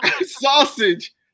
sausage